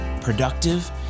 productive